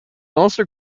also